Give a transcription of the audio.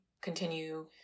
continue